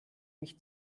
mich